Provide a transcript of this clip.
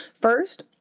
First